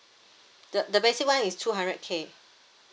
the the maximum is two hundred K